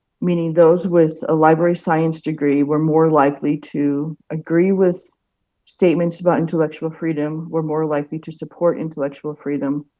meaning those with a library science degree were more likely to agree with statements about intellectual freedom, were more likely to support intellectual freedom,